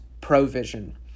provision